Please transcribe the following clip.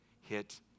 hit